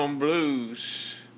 blues